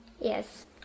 Yes